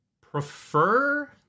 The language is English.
prefer